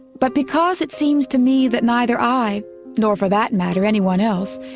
but because it seems to me that neither i nor for that matter anyone else,